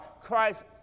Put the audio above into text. Christ